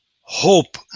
hope